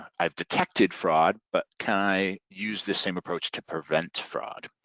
i've detected fraud, but can i use the same approach to prevent fraud?